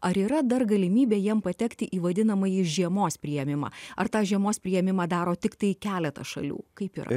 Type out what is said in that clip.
ar yra dar galimybė jiem patekti į vadinamąjį žiemos priėmimą ar tą žiemos priėmimą daro tiktai keletas šalių kaip yra